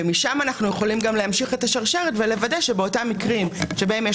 ומשם אנחנו יכולים להמשיך את השרשרת ולוודא שבאותם מקרים שבהם יש